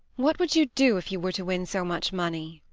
what would you do if you were to win so much money?